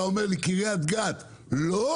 אתה אומר לי 'קרית גת לא,